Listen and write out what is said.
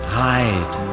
hide